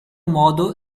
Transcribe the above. modo